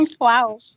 Wow